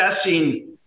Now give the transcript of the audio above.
assessing